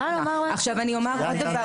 הוא דחה